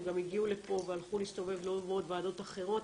הם גם הגיעו לפה והלכו להסתובב בעוד ועדות אחרות.